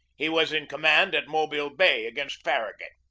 he was in command at mobile bay against farragut.